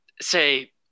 say